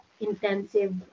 intensive